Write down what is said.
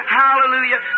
hallelujah